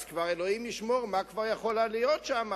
אז כבר אלוהים ישמור, מה כבר יכול היה להיות שם?